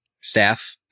staff